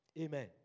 Amen